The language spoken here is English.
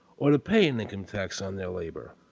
or to pay an income tax on their labour.